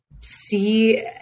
see